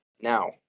now